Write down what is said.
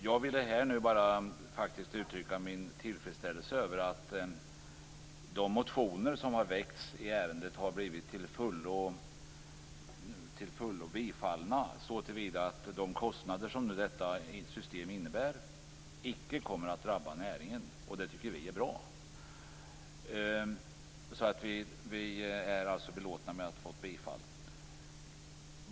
Jag vill nu här uttrycka min tillfredsställelse över att de motioner som har väckts i ärendet har blivit till fullo bifallna så till vida att de kostnader detta system innebär icke kommer att drabba näringen. Det tycker vi är bra. Vi är alltså belåtna med att ha fått ett bifall.